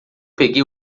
peguei